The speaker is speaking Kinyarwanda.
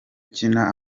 ukina